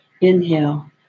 inhale